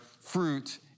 fruit